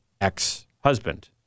ex-husband